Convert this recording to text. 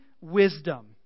wisdom